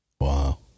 Wow